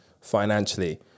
financially